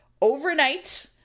overnight